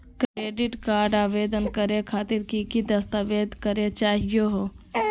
Credit card आवेदन करे खातिर की की दस्तावेज चाहीयो हो?